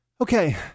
Okay